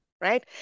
right